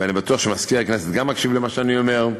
ואני בטוח שמזכיר הכנסת גם מקשיב למה שאני אומר,